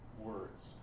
Words